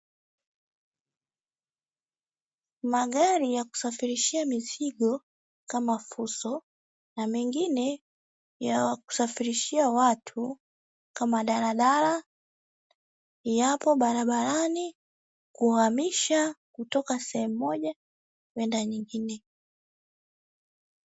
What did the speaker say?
Magari ya kusafirishia mizigo kama fuso na mengine ya kusafirishia watu kama daladala, yapo barabara kuhamisha kutoka sehemu moja kwenda nyingine.